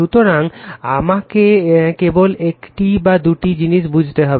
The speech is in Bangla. সুতরাং আমাকে কেবল একটি বা দুটি জিনিস বুঝতে হবে